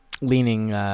leaning